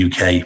UK